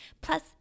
Plus